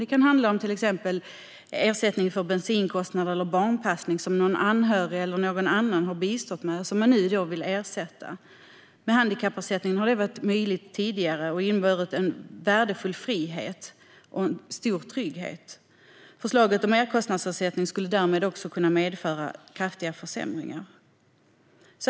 Det kan handla om till exempel ersättning för bensinkostnader eller barnpassning som en anhörig eller någon annan har bistått med och som man vill ersätta. Med handikappersättningen har detta varit möjligt tidigare och inneburit en värdefull frihet och stor trygghet. Förslaget om merkostnadsersättning skulle därmed kunna medföra kraftiga försämringar.